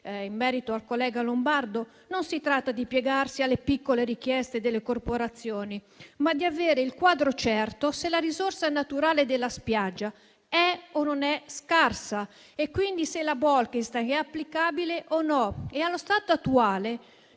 detto dal collega Lombardo, si tratta non di piegarsi alle piccole richieste delle corporazioni, ma di avere il quadro certo e di sapere se la risorsa naturale della spiaggia è o meno scarsa e quindi se la direttiva Bolkestein è applicabile o meno. Allo stato attuale,